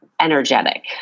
energetic